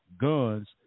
guns